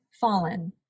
fallen